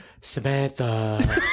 Samantha